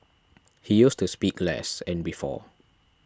he used to speak less and before